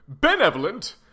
Benevolent